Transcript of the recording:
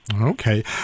okay